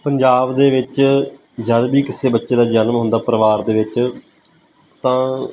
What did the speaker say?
ਪੰਜਾਬ ਦੇ ਵਿੱਚ ਜਦ ਵੀ ਕਿਸੇ ਬੱਚੇ ਦਾ ਜਨਮ ਹੁੰਦਾ ਪਰਿਵਾਰ ਦੇ ਵਿੱਚ ਤਾਂ